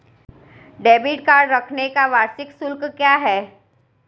Debit card रखने का वार्षिक शुल्क क्या है?